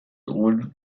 would